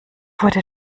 wurde